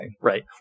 Right